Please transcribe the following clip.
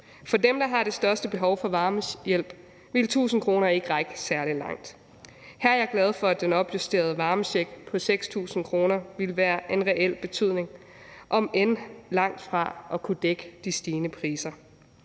For dem, der har det største behov for varmehjælp, ville 1.000 kr. ikke række særlig langt. Her er jeg glad for, at den opjusterede varmecheck på 6.000 kr. vil være af reel betydning, om end det er langt fra at kunne dække de stigende priser.